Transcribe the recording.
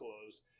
closed